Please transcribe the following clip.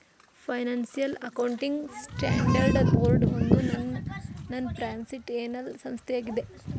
financial accounting standard board ಒಂದು non ಪ್ರಾಫಿಟ್ಏನಲ್ ಸಂಸ್ಥೆಯಾಗಿದೆ